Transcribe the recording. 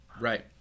Right